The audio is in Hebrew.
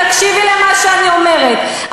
תקשיבי למה שאני אומרת,